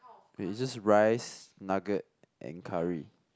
wait it's just rice nuggets and curry